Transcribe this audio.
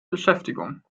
beschäftigung